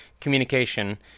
communication